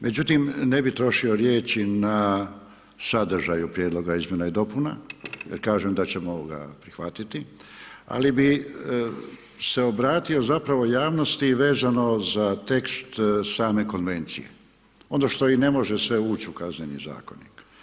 Međutim, ne bi trošio riječi na sadržaj o prijedlogu izmjena i dopuna da kažem da ćemo prihvatiti, ali bi se obratio zapravo javnosti, vezano za tekst same konvencije ono što i ne može se ući u kazneni zakon.